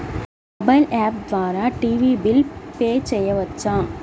Mobile app ద్వారా TV bill pay చేయవచ్చా?